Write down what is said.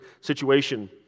situation